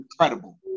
incredible